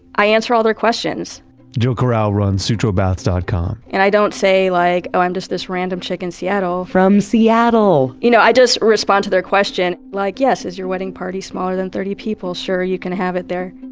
i answer all their questions jill corral runs sutrobaths dot com. and i don't say like, oh i'm just this random chick in seattle from seattle you know, i just respond to their question. like, yes. is your wedding party smaller than thirty people? sure you can have it there.